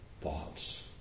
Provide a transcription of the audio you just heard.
thoughts